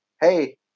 Hey